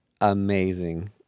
amazing